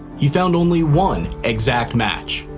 he found only one exact match.